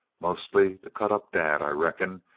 mostly to cut up dad, i reckon,